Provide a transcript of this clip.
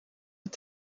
het